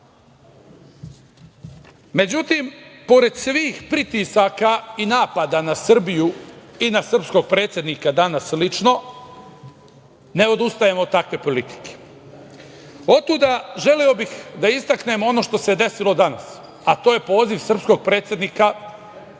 međutim, pored svih pritisaka i napada na Srbiju i na srpskog predsednika danas lično, ne odustajem od takve politike. Otuda, želeo bih da istaknem ono što se desilo danas, a to je poziv srpskog predsednika